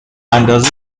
اندازه